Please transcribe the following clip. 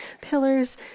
pillars